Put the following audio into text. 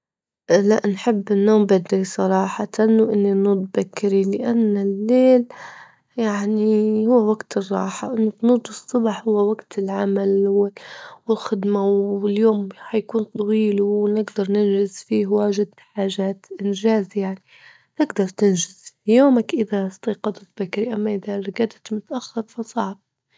لا نحب النوم بدري صراحة، وإني ننوض بكري لأن الليل يعني هو وقت الراحة، إنك تنوض الصبح هو وقت العمل والخدمة، واليوم حيكون طويل ونجدر ننجز فيه واجد حاجات إنجاز يعني، تجدر تنجز في يومك إذا إستيقظت بكري، أما إذا رجدت متأخر فصعب.